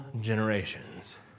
generations